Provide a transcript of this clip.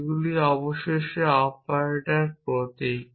এইগুলি অবশেষে অপারেটর প্রতীক